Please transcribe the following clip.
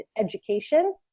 education